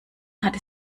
hatte